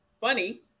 funny